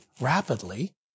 rapidly